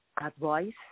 advice